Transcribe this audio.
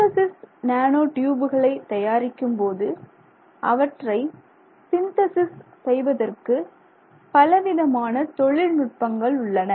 synthesis nano டியூப்களை தயாரிக்கும்போது அவற்றை சிந்தேசிஸ் செய்வதற்கு பலவிதமான தொழில்நுட்பங்கள் உள்ளன